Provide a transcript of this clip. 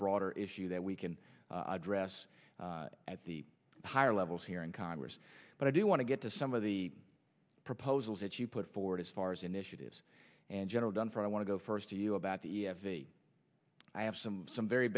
broader issue that we can address at the higher levels here in congress but i do want to get to some of the proposals that you put forward as far as initiatives and general dunford i want to go first to you about the i have some some very